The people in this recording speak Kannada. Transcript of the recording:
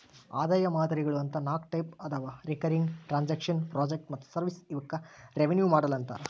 ಆದಾಯ ಮಾದರಿಗಳು ಅಂತ ನಾಕ್ ಟೈಪ್ ಅದಾವ ರಿಕರಿಂಗ್ ಟ್ರಾಂಜೆಕ್ಷನ್ ಪ್ರಾಜೆಕ್ಟ್ ಮತ್ತ ಸರ್ವಿಸ್ ಇವಕ್ಕ ರೆವೆನ್ಯೂ ಮಾಡೆಲ್ ಅಂತಾರ